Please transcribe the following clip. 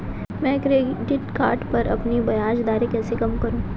मैं credit card पर अपनी ब्याज दरें कैसे कम करूँ?